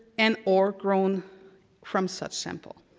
and or grown from such sample.